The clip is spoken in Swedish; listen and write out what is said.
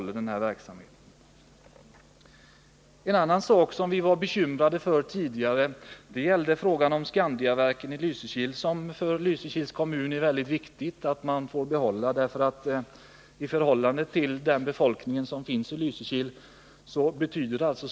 En annan sak som vi var bekymrade över tidigare gällde Skandiaverken i Lysekil som ju har stor betydelse för Lysekils kommun.